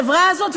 החברה הזאת,